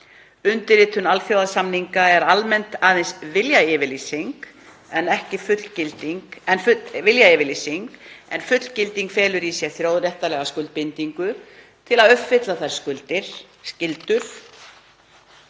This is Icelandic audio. Undirritun alþjóðasamninga er almennt aðeins viljayfirlýsing en fullgilding felur í sér þjóðréttarlega skuldbindingu til að uppfylla þær skyldur